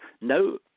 no